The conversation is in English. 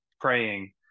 praying